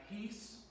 peace